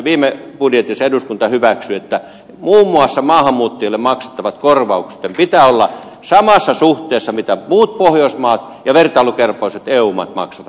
viime budjetissa eduskunta hyväksyi että muun muassa maahanmuuttajille maksettavien korvausten pitää olla samassa suhteessa kuin mitä muut pohjoismaat ja vertailukelpoiset eu maat maksavat